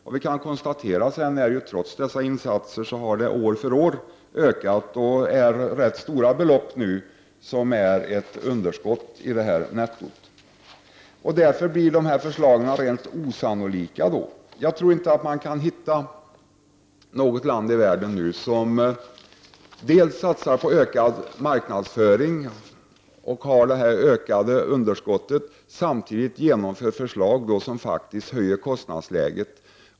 Man kan konstatera att den negativa utvecklingen har blivit värre trots dessa insatser. Det är nu ett rätt stort underskott i turistnettot. Därför är regeringens förslag helt orealistiska. Jag tror inte att man kan hitta något annat land som satsar på ökad marknadsföring när man har ett ökande underskott, samtidigt som man genomför förslag som faktiskt höjer kostnadsläget.